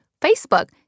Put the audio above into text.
Facebook